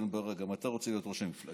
בן ברק, גם אתה רוצה להיות ראש המפלגה.